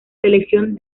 selección